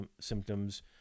symptoms